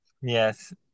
Yes